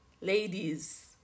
Ladies